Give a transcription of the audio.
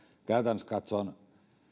käytännössä katsoen